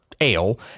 ale